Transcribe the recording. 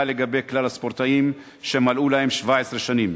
לגבי כלל הספורטאים שמלאו להם 17 שנים.